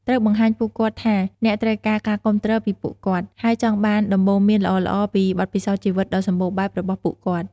ត្រូវបង្ហាញពួកគាត់ថាអ្នកត្រូវការការគាំទ្រពីពួកគាត់ ហើយចង់បានដំបូន្មានល្អៗពីបទពិសោធន៍ជីវិតដ៏សម្បូរបែបរបស់ពួកគាត់។